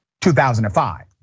2005